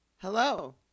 Hello